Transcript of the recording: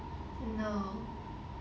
no